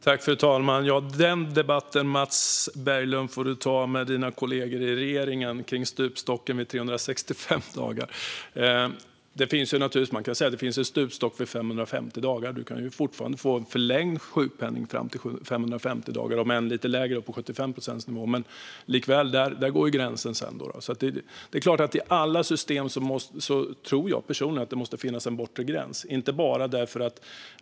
Fru talman! Debatten om stupstocken vid 365 dagar, Mats Berglund, får du ta med dina kollegor i regeringen. Man kan även säga att det finns en stupstock vid 550 dagar. Det går fortfarande att få förlängd sjukpenning fram till 550 dagar, om än lite lägre: på 75 procents nivå. Men där går likväl sedan gränsen. Jag tror personligen att det måste finnas en bortre gräns i alla system.